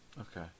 Okay